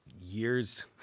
years